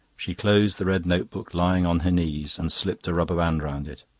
she closed the red notebook lying on her knees and slipped a rubber band round it.